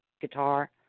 guitar